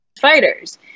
fighters